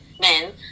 men